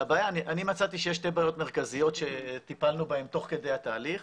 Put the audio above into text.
אני מצאתי שיש שתי בעיות מרכזיות שטיפלנו בהן תוך כדי התהליך.